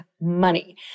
money